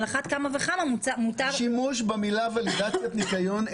על אחת כמה וכמה --- השימוש במילה ולידציית ניקיון,